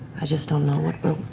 i just don't know what we're